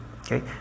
okay